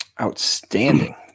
Outstanding